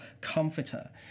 comforter